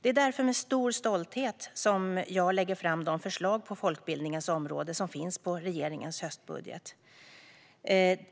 Det är därför med stor stolthet som jag lägger fram de förslag på folkbildningens område som finns i regeringens höstbudget.